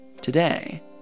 today